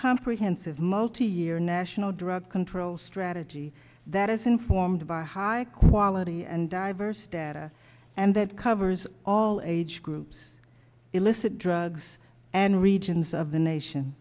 comprehensive multi year national drug control strategy that is informed by high quality and diverse data and that covers all age groups illicit drugs and regions of the nation